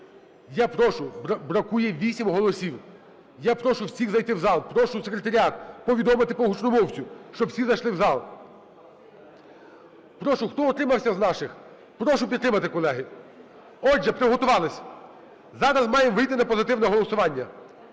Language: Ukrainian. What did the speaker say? Я прошу, бракує 8 голосів. Я прошу всіх зайти в зал. Прошу Секретаріат повідомити по гучномовцю, щоб всі зайшли в зал. Прошу, хто утримався з наших, прошу підтримати, колеги. Отже, приготувались. Зараз маємо вийти на позитивне голосування.